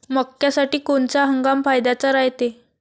मक्क्यासाठी कोनचा हंगाम फायद्याचा रायते?